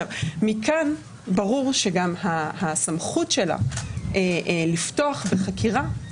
מכאן ברור שגם הסמכות שלה לפתוח בחקירה,